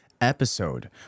episode